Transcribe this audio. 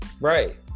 Right